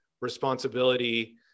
responsibility